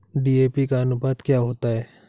DAP का अनुपात क्या होता है?